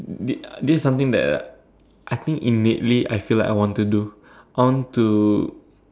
this something that I think in lately I feel like I want to do I want to